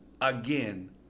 again